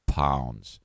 pounds